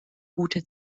gute